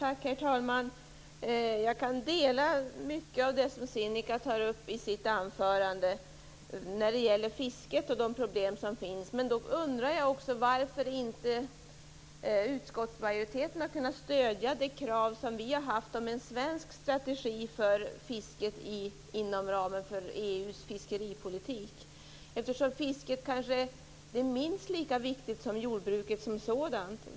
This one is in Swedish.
Herr talman! Jag kan dela Sinikka Bohlins uppfattning om mycket av det som hon tar upp i sitt anförande när det gäller fisket och dess problem. Men jag undrar också varför inte utskottsmajoriteten har kunnat stödja vårt krav på en svensk strategi för fisket inom ramen för EU:s fiskeripolitik, eftersom fisket är minst lika viktigt som jordbruket som sådant.